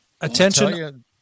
attention